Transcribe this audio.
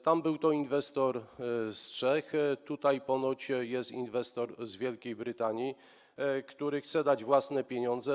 Tam był to inwestor z Czech, tutaj ponoć jest inwestor z Wielkiej Brytanii, który chce dać własne pieniądze.